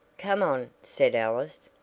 come on, said alice,